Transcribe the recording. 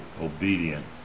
obedient